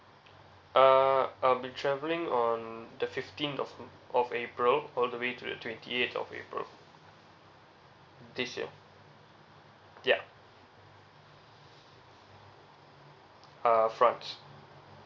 uh I'll be travelling on the fifteen of of april all the way to the twenty eighth of april this year ya uh france